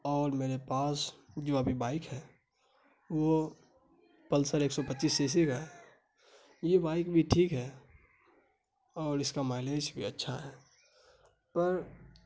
اور میرے پاس جو ابھی بائیک ہے وہ پلسر ایک سو پچیس سی سی کا ہے یہ بائیک بھی ٹھیک ہے اور اس کا مائیلج بھی اچھا ہے پر